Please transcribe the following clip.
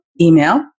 email